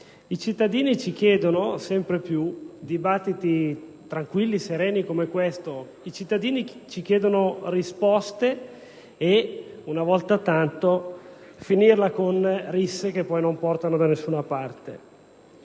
I cittadini ci chiedono sempre più dibattiti tranquilli e sereni come questo. I cittadini ci chiedono risposte e, una volta tanto, di smetterla con risse che non conducono da nessuna parte.